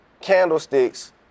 candlesticks